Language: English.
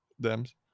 dams